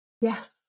Yes